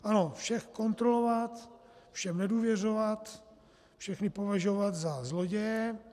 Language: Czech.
Ano, vše kontrolovat, všem nedůvěřovat, všechny považovat za zloděje.